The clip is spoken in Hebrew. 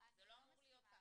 אבל זה לא אמור להיות ככה.